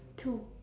two